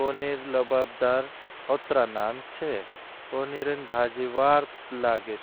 पनीर लबाबदार, हत्रा नाम छे। पनीरन भाज़ी वार्थ लागे।